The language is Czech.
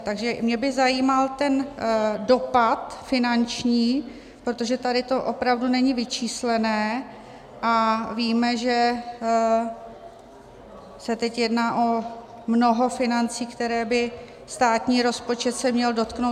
Takže mě by zajímal ten dopad finanční, protože tady to opravdu není vyčíslené a víme, že se teď jedná o mnoho financí, které by se státního rozpočtu se měly dotknout.